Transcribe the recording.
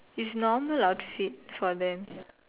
it's normal outfit for them